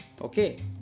Okay